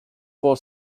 for